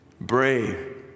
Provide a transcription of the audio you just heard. Brave